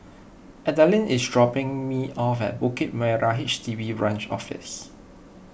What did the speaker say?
Adalynn is dropping me off at Bukit Merah H D B Branch Office